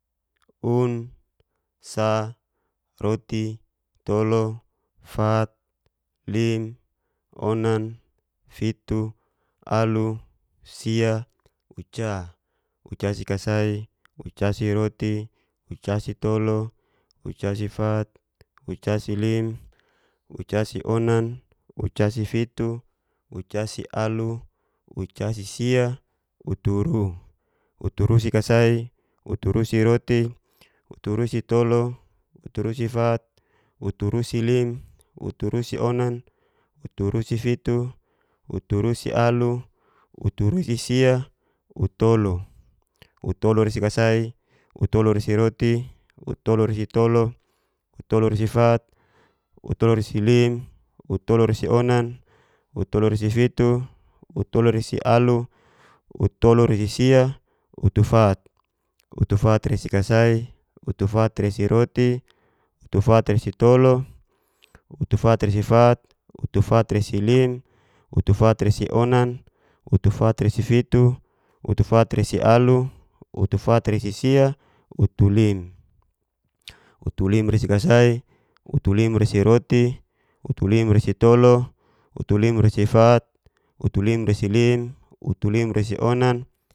Un, sa, roti. tolo. fat, lim, onan, fitu, alu, sia, uca, ucasikasai, ucasiroti, ucasitolu, ucasifat, casilim, ucasionan, ucasi fitu, ucasialu, ucasisia, uturu, uturusikasai, uturusiroti, uturusitolu, uturusifat, uturusilim, uturusionan, uturusifiri, uturusialu, uturusisia, utolo, utolorasikasai, utolusariroti, utolurasitolu, utolurasififat, utulurasilim, utolurasionan, utolurasifiti, utolurasialu, utolurasisia. utufat, utufatresikasai, utufatresiroti, utufatresitolu,. utufatresifar, utufatresilim, utufatresionan, utufatresifitu, utufatresilu. utufatresisia, utulim, utulimresikasai, utulimresiroti. utulimresitolu. utulimresifat. utulimresilim. utulimresionan.